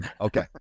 Okay